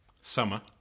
Summer